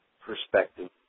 perspective